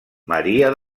maria